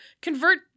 convert